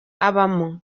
abamo